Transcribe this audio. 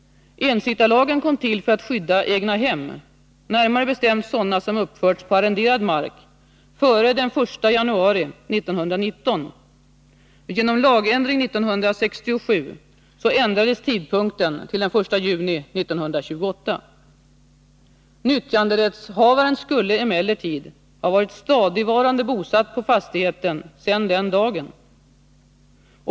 Ensittarlagen kom till för att skydda egnahem, närmare bestämt sådana som uppförts på arrenderad mark före den 1 januari 1919. Genom lagändring 1967 ändrades tidpunkten till den 1 juni 1928. Nyttjanderättshavaren skulle emellertid ha varit stadigvarande bosatt på fastigheten sedan den dagen.